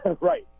right